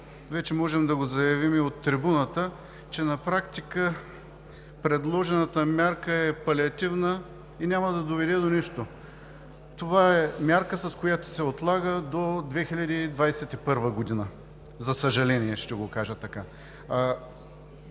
вече можем да го заявим и от трибуната, че на практика предложената мярка е палеативна и няма да доведе до нищо. Това е мярка, с която се отлага до 2021 г., за съжаление, ще го кажа така.